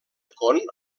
con